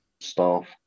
staff